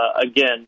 again